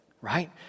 right